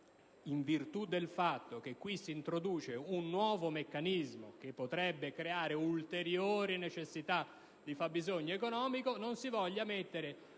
in virtù del fatto che si introduce un nuovo meccanismo che potrebbe creare ulteriori necessità di fabbisogno economico, non si voglia prevedere